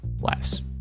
less